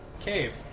cave